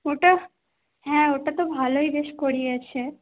ওটাহ হ্যাঁ ওটা তো ভালোই বেশ করিয়েছে